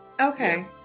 Okay